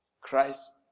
Christ